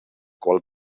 qual